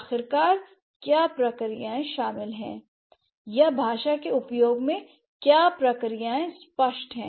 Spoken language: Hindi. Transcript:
और आखिरकार क्या प्रक्रियाएं शामिल हैं या भाषा के उपयोग में क्या प्रक्रियाएं स्पष्ट हैं